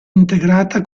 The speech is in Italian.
integrata